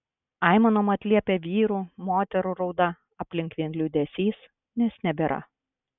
aimanom atliepia vyrų moterų rauda aplink vien liūdesys nes nebėra